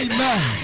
Amen